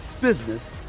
business